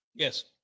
Yes